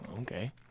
Okay